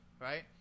right